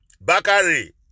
Bakari